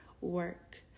work